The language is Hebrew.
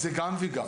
זה גם וגם.